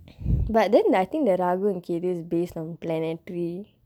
but then I think that ராகு:raaku and Ketu is based on planetary